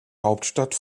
hauptstadt